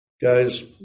guys